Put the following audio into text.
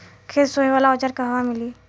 खेत सोहे वाला औज़ार कहवा मिली?